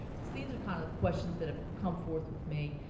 so these are the kind of questions that have come forth with me.